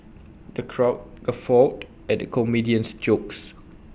the crowd guffawed at the comedian's jokes